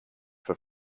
for